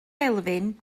elfyn